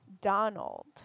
Donald